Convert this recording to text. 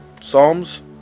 Psalms